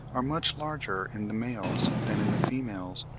are much larger in the males than in the females,